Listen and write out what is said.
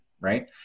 right